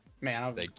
Man